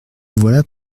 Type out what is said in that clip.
voilà